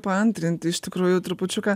paantrinti iš tikrųjų trupučiuką